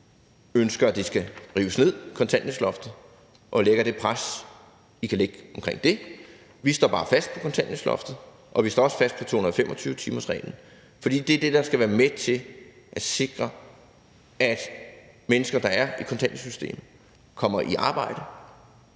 skal rives ned, og de lægger det pres, de kan, omkring det. Vi står bare fast på kontanthjælpsloftet, og vi står også fast på 225-timersreglen, fordi det er det, der skal være med til at sikre, at mennesker, der er i kontanthjælpssystemet, kommer i arbejde